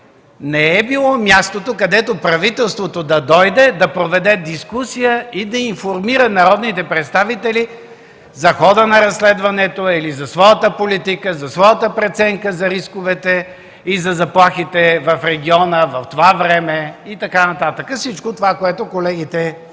не е било мястото, където правителството да дойде, да проведе дискусия и да информира народните представители за хода на разследването или за своята политика, за своята преценка за рисковете и заплахите в региона в това време и така нататък – всичко това, което колегите